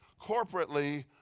corporately